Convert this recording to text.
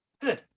Good